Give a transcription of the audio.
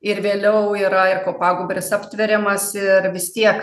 ir vėliau yra ir kopagūbris aptveriamas ir vis tiek